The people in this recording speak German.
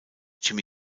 jimmy